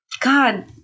God